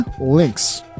Links